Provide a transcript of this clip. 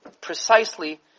precisely